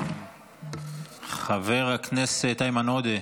חבר הכנסת איימן עודה,